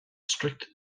strict